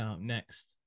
next